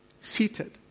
seated